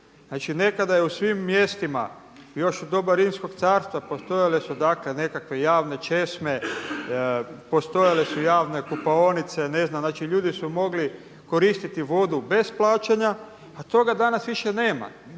Znači nekada je u svim mjestima još u doba Rimskog carstva postojale su dakle nekakve javne česme, postojale su javne kupaonice, ne znam, znači ljudi su mogli koristiti vodu bez plaćanja a toga danas više nema.